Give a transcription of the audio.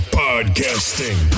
podcasting